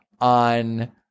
on